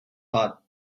hot